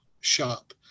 shop